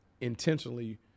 intentionally